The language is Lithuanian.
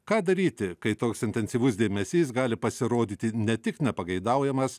ką daryti kai toks intensyvus dėmesys gali pasirodyti ne tik nepageidaujamas